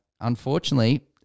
unfortunately